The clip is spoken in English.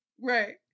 Right